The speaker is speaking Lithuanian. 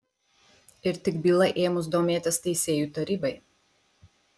ir tik byla ėmus domėtis teisėjų tarybai